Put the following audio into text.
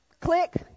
click